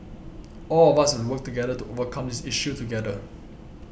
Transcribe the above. all of us have to work together to overcome this issue together